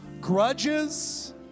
grudges